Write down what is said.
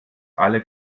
alle